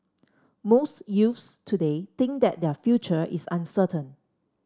most youths today think that their future is uncertain